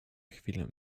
chwilę